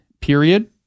period